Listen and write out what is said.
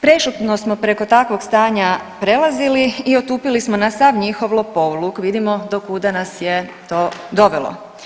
Prešutno smo preko takvog stanja prelazili i otupili smo na sav njihov lopovluk, vidimo do kuda nas je to dovelo.